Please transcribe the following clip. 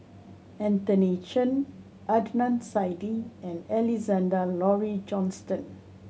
Anthony Chen Adnan Saidi and Alexander Laurie Johnston